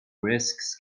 risks